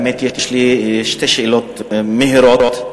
האמת, יש לי שתי שאלות מהירות.